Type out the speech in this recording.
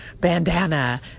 bandana